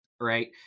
Right